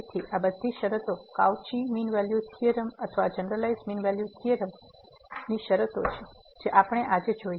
તેથી આ બધી શરતો કાઉચી મીન વેલ્યુ થીયોરમ અથવા જનારલાઈઝ મીન વેલ્યુ થીયોરમ ની શરતો છે જે આપણે આજે જોઈ